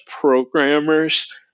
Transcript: programmers